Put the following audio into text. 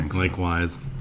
Likewise